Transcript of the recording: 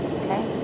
okay